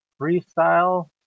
freestyle